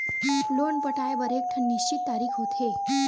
loan पटाए बर एकठन निस्चित तारीख होथे